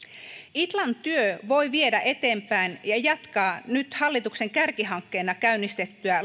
itlan työ voi viedä eteenpäin ja jatkaa nyt hallituksen kärkihankkeena käynnistettyä